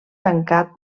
tancat